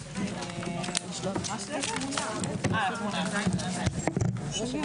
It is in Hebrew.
12:35.